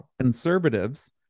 conservatives